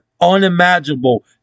unimaginable